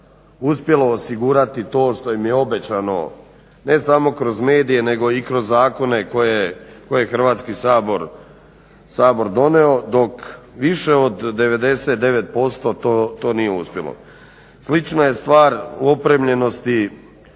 uspjelo osigurati to što im je obećano ne samo kroz medije nego i kroz zakone koje je Hrvatski sabor donio. Dok više od 99% to nije uspjelo. Slična je stvar u opremljenosti